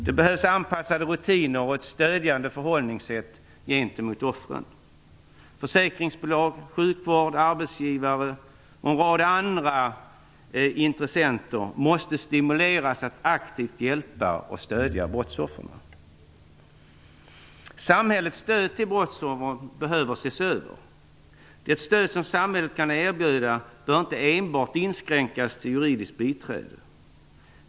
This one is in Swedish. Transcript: Det behövs anpassade rutiner och ett stödjande förhållningssätt gentemot offren. Försäkringsbolag, sjukvård, arbetsgivare och en rad andra intressenter måste stimuleras att aktivt stödja och hjälpa brottsoffren. Samhällets stöd till brottsoffer behöver ses över. Det stöd som samhället kan erbjuda bör inte enbart inskränkas till juridiskt biträde.